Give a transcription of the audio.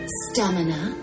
stamina